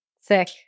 Sick